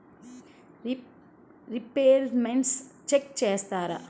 Repayments check చేస్తారా?